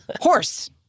Horse